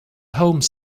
home